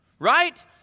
Right